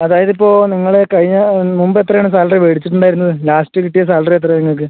അതായത് ഇപ്പോൾ നിങ്ങൾ കഴിഞ്ഞ മുമ്പ് എത്ര ആണ് സാലറി മേടിച്ചിട്ട് ഉണ്ടായിരുന്നത് ലാസ്റ്റ് കിട്ടിയ സാലറി എത്രയാ നിങ്ങൾക്ക്